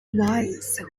wise